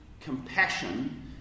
compassion